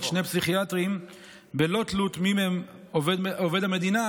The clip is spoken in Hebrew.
שני פסיכיאטרים בלא תלות מי מהם עובד המדינה,